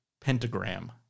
pentagram